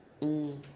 mm